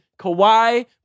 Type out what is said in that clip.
Kawhi